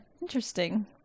interesting